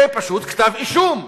זה פשוט כתב-אישום,